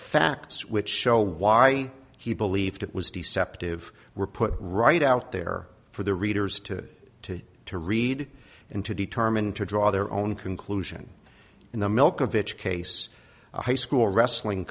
facts which show why he believed it was deceptive were put right out there for the readers to to to read and to determine to draw their own conclusion in the milk of each case a high school wrestling